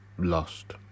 Lost